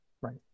Right